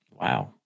wow